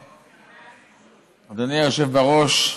אדוני היושב בראש,